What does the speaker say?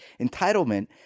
entitlement